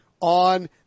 on